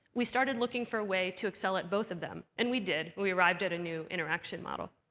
we started looking for a way to excel at both of them. and we did. we arrived at a new interaction model.